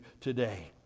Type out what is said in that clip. today